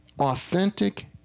authentic